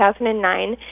2009